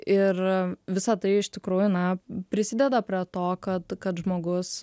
ir visa tai iš tikrųjų na prisideda prie to kad kad žmogus